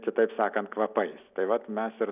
kitaip sakant kvapais tai vat mes ir